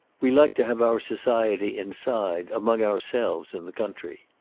we like to have our society inside, among ourselves, in the country.